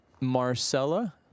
Marcella